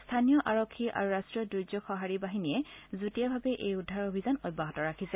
স্থানীয় আৰক্ষী আৰু ৰাষ্ট্ৰীয় দুৰ্য্যোগ সঁহাৰি বাহিনীয়ে যুটীয়াভাৱে এই উদ্ধাৰ অভিযান অব্যাহত ৰাখিছে